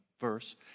verse